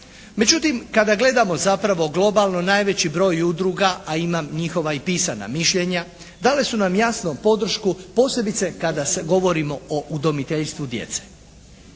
Međutim kada gledamo zapravo globalno najveći broj udruga, a imam njihova i pisana mišljenja, dale su nam jasnu podršku, posebice kada govorimo o udimiteljstvu djece.